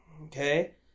okay